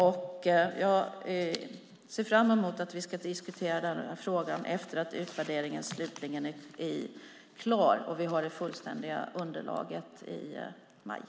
Jag ser fram emot att vi ska diskutera den här frågan efter att utvärderingen slutligen är klar och vi har det fullständiga underlaget i maj.